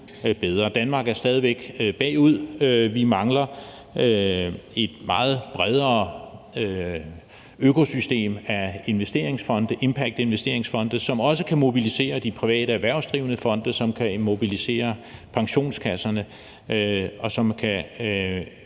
Danmark er stadig væk bagud. Vi mangler et meget bredere økosystem af investeringsfonde, impactinvesteringsfonde, som også kan mobilisere de private erhvervsdrivende fonde, som kan mobilisere pensionskasserne, og som kan